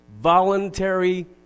voluntary